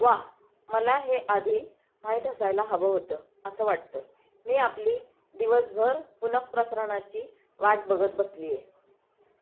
वा मला हे आधी माहीत असायला हवं होतं असं वाटतं मी आपली दिवसभर पुन प्रसारणाची वाट बघत बसली आहे